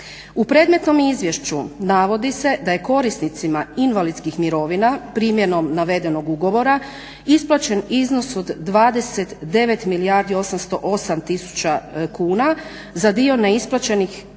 U predmetnom izvješću navodi se da je korisnicima invalidskih mirovina primjenom navedenog ugovora isplaćen iznos od 29 milijardi 808 tisuća kuna za dio neisplaćenih svota